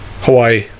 hawaii